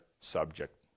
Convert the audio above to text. subject